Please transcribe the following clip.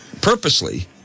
Purposely